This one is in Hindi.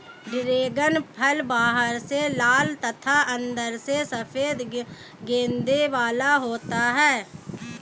ड्रैगन फल बाहर से लाल तथा अंदर से सफेद गूदे वाला होता है